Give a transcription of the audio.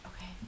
okay